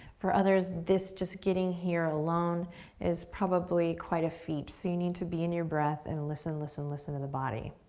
for others, this just getting here alone is probably quite a feat, so you need to be in your breath and listen, listen, listen to the body.